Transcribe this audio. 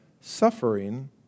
suffering